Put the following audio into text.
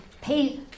pay